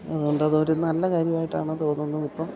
അതുകൊണ്ട് അതൊരു നല്ല കാര്യമായിട്ടാണ് തോന്നുന്നതിപ്പം